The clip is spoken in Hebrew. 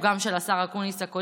גם של השר הקודם,